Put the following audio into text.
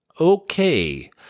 okay